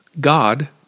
God